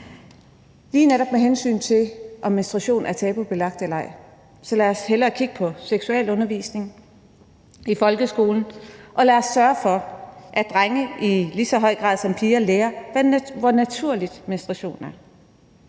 Lige netop med hensyn til, om menstruation er tabubelagt eller ej, så lad os hellere kigge på seksualundervisning i folkeskolen, og lad os sørge for, at drengene i lige så høj grad som pigerne lærer, hvor naturligt menstruation er.